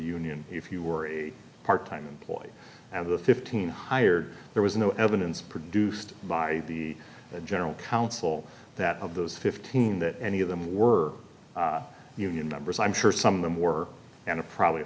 union if you were a part time employee and the fifteen hired there was no evidence produced by the general council that of those fifteen that any of them were union members i'm sure some of them were and probably a